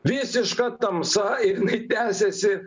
visiška tamsa ir jinai tęsiasi